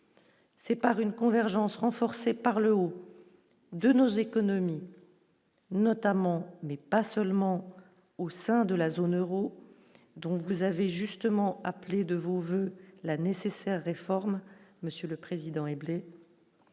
C'est par une convergence renforcée par le haut de nos économies. Notamment mais pas seulement au sein de la zone Euro, donc vous avez justement appelé de vos voeux la nécessaire réforme monsieur le Président, et